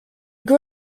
grew